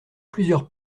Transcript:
plusieurs